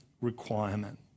requirement